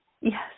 Yes